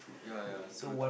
ya ya true true